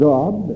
God